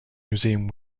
museum